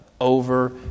over